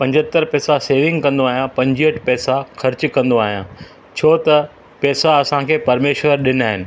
पंजहतरि पेसा सेविंग कंदो आहियां पंजहठि पेसा ख़र्चु कंदो आहियां छो त पेसा असांखे परमेश्वर ॾिना आहिनि